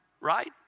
right